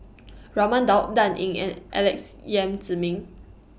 Raman Daud Dan Ying and Alex Yam Ziming